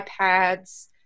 iPads